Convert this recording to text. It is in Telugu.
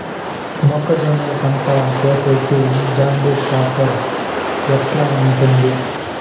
మొక్కజొన్నలు పంట కోసేకి జాన్డీర్ టాక్టర్ ఎట్లా ఉంటుంది?